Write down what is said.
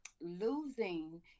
losing